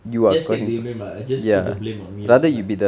just take the blame I just put the blame on me lah